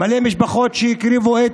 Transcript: מלא משפחות שהקריבו את